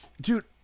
dude